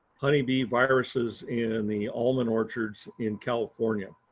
honey bee viruses in the almond orchards in california.